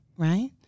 right